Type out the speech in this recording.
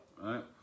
right